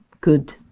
good